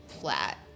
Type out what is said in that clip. flat